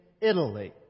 Italy